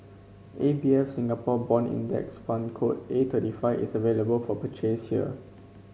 A B F Singapore Bond Index Fund code A thirty five is available for purchase here